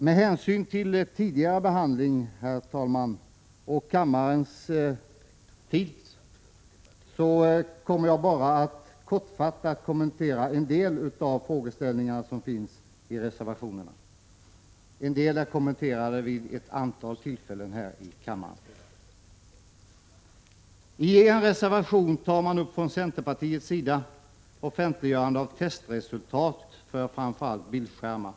Med hänsyn till tidigare behandling och kammarens tid kommer jag att endast kortfattat beröra en del av de frågeställningar som finns i reservationerna. Några har kommenterats tidigare här i kammaren vid ett antal tillfällen. I en reservation tar utskottets centerpartister upp frågan om offentliggörande av testresultat för bildskärmar.